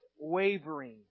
wavering